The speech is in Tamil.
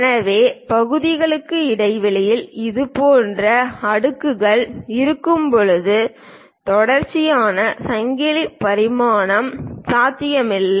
எனவே பகுதிகளுக்கு இடையில் இதுபோன்ற அடுக்குகள் இருக்கும்போது தொடர்ச்சியான சங்கிலி பரிமாணம் சாத்தியமில்லை